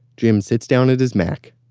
jim sits down at his mac,